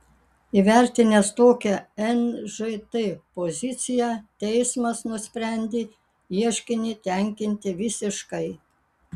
įvertinęs tokią nžt poziciją teismas nusprendė ieškinį tenkinti visiškai